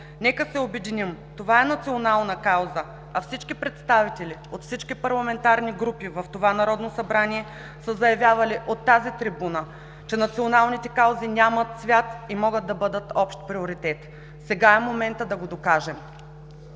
нека се обединим! Това е национална кауза, а представители от всички парламентарни групи в това Народно събрание са заявявали от тази трибуна, че националните каузи нямат цвят и могат да бъдат общ приоритет. Сега е моментът да го